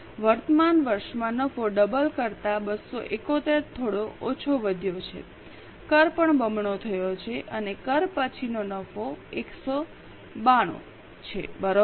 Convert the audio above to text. વર્તમાન વર્ષમાં નફો ડબલ કરતા 271 થોડો ઓછો વધ્યો છે કર પણ બમણો થયો છે અને કર પછીનો નફો 192 છેબરાબર